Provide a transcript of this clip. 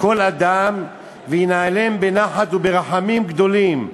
כל אדם וינהלם בנחת וברחמים גדולים.